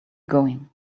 going